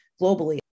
globally